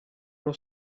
uno